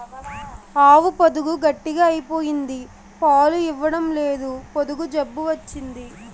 ఆవు పొదుగు గట్టిగ అయిపోయింది పాలు ఇవ్వడంలేదు పొదుగు జబ్బు వచ్చింది